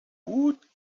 woot